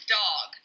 dog